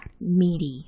meaty